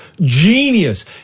Genius